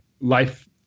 Life